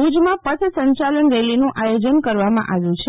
ભુજમાં પથ સંચલન રેલીનું આયોજન કરવામાં આવ્યું છે